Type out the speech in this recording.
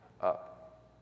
up